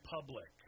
public